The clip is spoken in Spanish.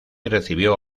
recibió